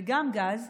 וגם גז,